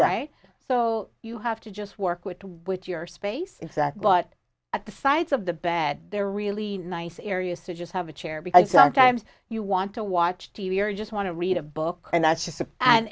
right so you have to just work with what your space is that but at the sides of the bat there are really nice areas to just have a chair because sometimes you want to watch t v or just want to read a book and that's just and